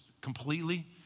completely